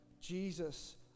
Jesus